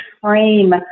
frame